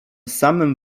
samym